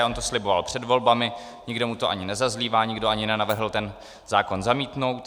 On to sliboval před volbami, nikdo mu to ani nezazlívá, nikdo ani nenavrhl ten zákon zamítnout.